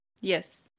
Yes